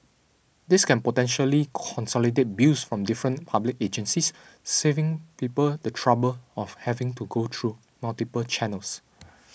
this can potentially consolidate bills from different public agencies saving people the trouble of having to go through multiple channels